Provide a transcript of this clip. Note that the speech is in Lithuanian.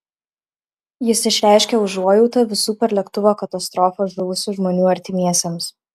jis išreiškė užuojautą visų per lėktuvo katastrofą žuvusių žmonių artimiesiems